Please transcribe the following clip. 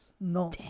No